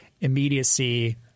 immediacy